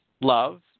love